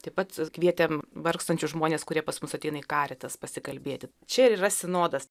taip pat kvietėm vargstančius žmones kurie pas mus ateina į karitas pasikalbėti čia ir yra sinodas